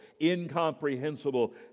incomprehensible